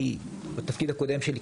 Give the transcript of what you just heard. בתפקיד הקודם שלי,